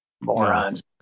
morons